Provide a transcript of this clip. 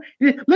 look